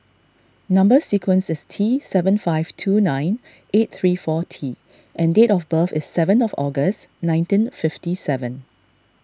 Number Sequence is T seven five two nine eight three four T and date of birth is seven of August nineteen fifty seven